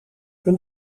een